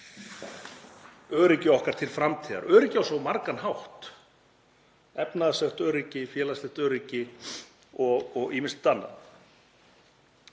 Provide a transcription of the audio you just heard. öryggi okkar til framtíðar og öryggi á svo margan hátt; efnahagslegt öryggi, félagslegt öryggi og ýmislegt annað.